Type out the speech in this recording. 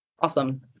Awesome